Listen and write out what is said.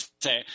Say